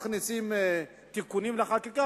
היו מכניסים תיקונים בחקיקה,